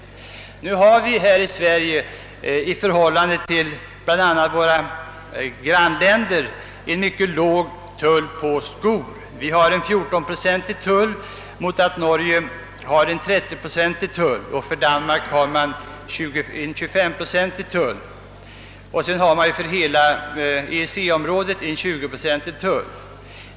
Nu har vi här i Sverige i förhållande till bl.a. våra grannländer en mycket låg tull på skor. Vi har en 14-procentig tull mot att Norge har en 30-procentig tull. I Danmark har man en 25-procentig tull. Inom hela EEC-området är det en 20 procentig tull.